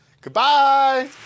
Goodbye